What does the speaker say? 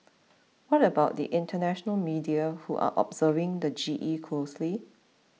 what about the international media who are observing the G E closely